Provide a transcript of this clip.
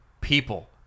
people